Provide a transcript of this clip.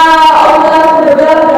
אתה עוד מעט תדבר,